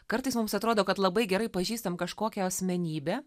kartais mums atrodo kad labai gerai pažįstam kažkokią asmenybę